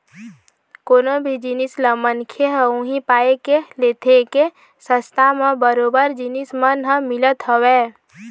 कोनो भी जिनिस ल मनखे ह उही पाय के लेथे के सस्ता म बरोबर जिनिस मन ह मिलत हवय